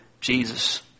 Jesus